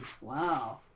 Wow